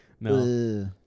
No